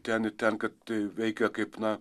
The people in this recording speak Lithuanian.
ten tenka tai veikia kaip na